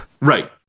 right